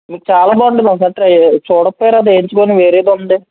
మీకు చాలా బాగుంది ఓసారి ట్రై చేయ చూడకపోయారా వేయించుకుని వేరేదుంది